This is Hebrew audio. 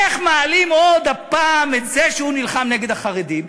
איך מעלים עוד פעם את זה שהוא נלחם נגד החרדים?